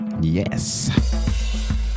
Yes